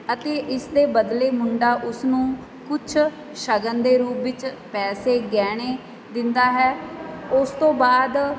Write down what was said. ਅਤੇ ਇਸ ਦੇ ਬਦਲੇ ਮੁੰਡਾ ਉਸ ਨੂੰ ਕੁਛ ਸ਼ਗਨ ਦੇ ਰੂਪ ਵਿੱਚ ਪੈਸੇ ਗਹਿਣੇ ਦਿੰਦਾ ਹੈ ਉਸ ਤੋਂ ਬਾਅਦ